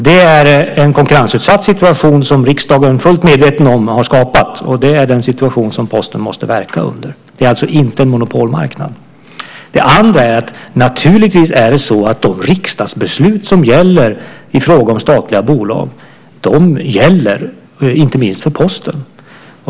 Det är en konkurrensutsatt situation som riksdagen fullt medvetet har skapat. Det är den situationen som Posten måste verka under. Det är alltså inte en monopolmarknad. Det andra är att de riksdagsbeslut som gäller i fråga om statliga bolag naturligtvis gäller, inte minst för Posten.